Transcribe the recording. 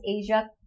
asia